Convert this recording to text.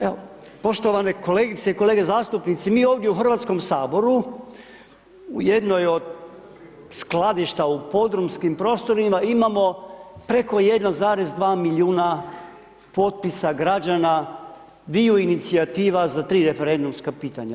Evo, poštovane kolegice i kolege zastupnici, mi ovdje u Hrvatskom saboru u jednoj od skladišta u podrumskim prostorima imamo preko 1,2 milijuna potpisa građana dviju inicijativa za tri referendumska pitanja.